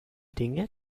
dinge